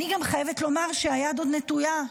אני גם חייבת לומר שהיד עוד נטויה,